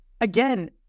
Again